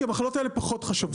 כי המחלות האלה פחות חשובות.